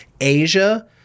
Asia